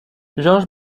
george